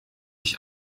ich